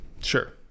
sure